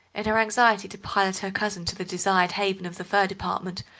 in her anxiety to pilot her cousin to the desired haven of the fur department,